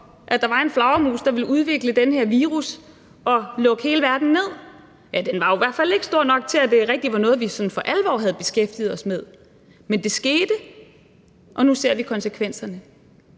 at der var en flagermus, der ville udvikle den her virus og lukke hele verden ned? Den var i hvert fald ikke stor nok til, at det var noget, vi sådan rigtig for alvor havde beskæftiget os med. Men det skete, og nu ser vi konsekvenserne.